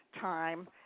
time